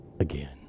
Again